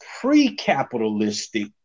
pre-capitalistic